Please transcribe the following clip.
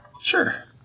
Sure